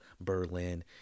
Berlin